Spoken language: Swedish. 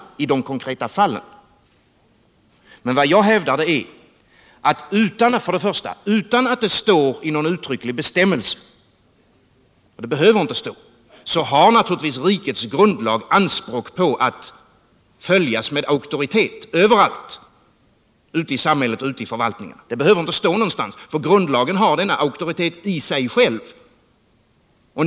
Men vad jag hävdar är följande: Utan att det uttryckligen står i någon bestämmelse kan man naturligtvis kräva att rikets grundlag överallt i samhället, och således även inom förvaltningen, verkligen följs. Detta behöver inte stå någonstans, eftersom grundlagen har denna auktoritet i sig själv.